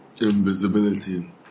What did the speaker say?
Invisibility